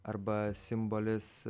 arba simbolis